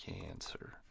cancer